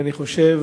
ואני חושב,